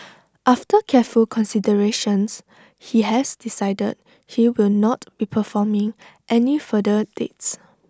after careful consideration he has decided he will not be performing any further dates